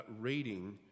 reading